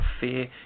fear